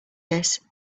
this